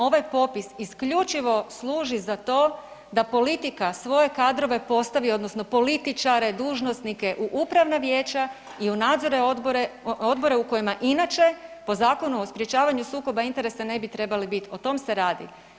Ovaj popis isključivo služi za to da politika svoje kadrove postavi odnosno političare, dužnosnike u upravna vijeća i u nadzorne odbore u kojima inače po Zakonu o sprječavanju sukoba interesa ne bi trebali biti, o tom se radi.